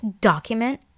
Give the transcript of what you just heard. document